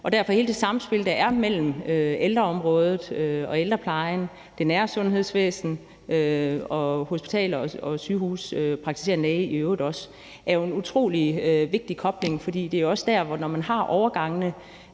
Derfor er hele det samspil, der er mellem ældreområdet og ældreplejen, det nære sundhedsvæsen og hospitaler og sygehuse og i øvrigt også den praktiserende læge, jo en utrolig vigtig kobling, for det er også der, hvor – når man har overgangene,